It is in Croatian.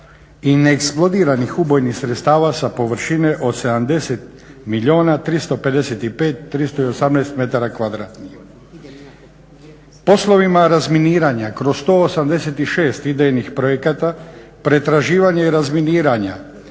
i neeksplodiranih ubojnih sredstava sa površine od 70 milijuna 355 318 metara2. Poslovima razminiranja kroz 186 idejnih projekata pretraživanja i razminiranja